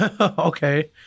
Okay